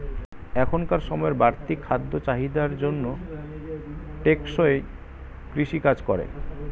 এখনকার সময়ের বাড়তি খাদ্য চাহিদার জন্য টেকসই কৃষি কাজ করে